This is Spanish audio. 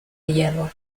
hierro